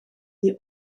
die